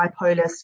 bipolar